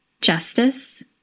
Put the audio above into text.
justice